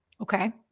Okay